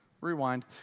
rewind